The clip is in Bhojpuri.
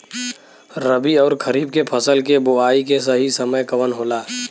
रबी अउर खरीफ के फसल के बोआई के सही समय कवन होला?